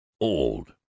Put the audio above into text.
old